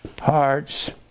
Hearts